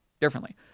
differently